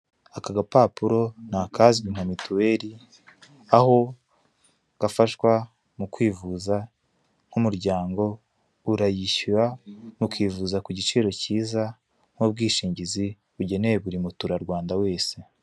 Aka gapapuro ni akazwi nka mituweli aho gafashwa mu kwivuza nk'umuryango urayishyura mukivuza ku giciro kiza nk'ubwishingizi bugenewe buri muturarwanda wese.